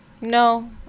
No